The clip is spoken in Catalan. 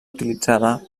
utilitzada